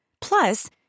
Plus